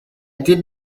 did